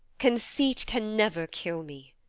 conceit can never kill me.